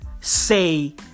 say